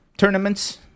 tournaments